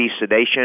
sedation